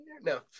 No